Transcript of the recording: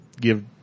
give